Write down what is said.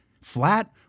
flat